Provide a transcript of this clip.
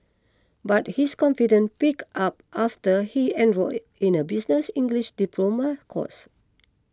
but his confidence picked up after he enrolled in a business English diploma course